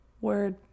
Word